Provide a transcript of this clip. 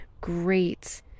great